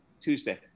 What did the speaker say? Tuesday